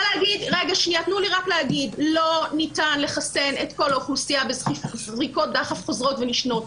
לא ניתן לחסן את כל האוכלוסייה בזריקות דחף חוזרות ונשנות.